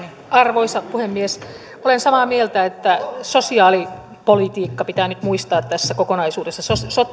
arvoisa puhemies olen samaa mieltä että sosiaalipolitiikka pitää nyt muistaa tässä kokonaisuudessa